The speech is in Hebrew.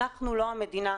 אנחנו לא המדינה.